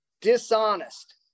dishonest